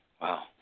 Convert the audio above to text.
Wow